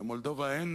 במולדובה אין